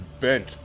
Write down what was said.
bent